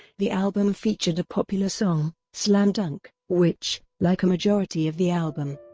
the album featured a popular song, slam dunk, which, like a majority of the album,